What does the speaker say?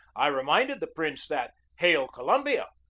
i reminded the prince that hail, columbia,